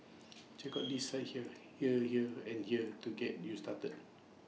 check out these sites here here here and here to get you started